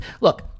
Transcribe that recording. look